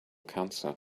cancer